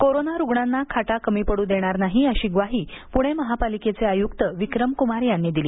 corona रुग्णांना खाटा कमी पडू देणार नाही अशी ग्वाही प्रणे महापालिकेचे आयुक्त विक्रम कुमार यांनी दिली